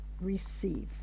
receive